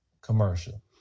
commercial